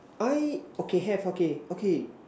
I okay have okay okay